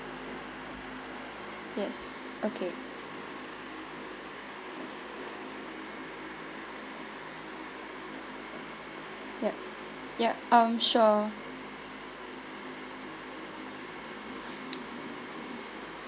yes okay ya ya um sure